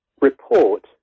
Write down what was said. report